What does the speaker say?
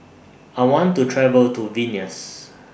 I want to travel to Vilnius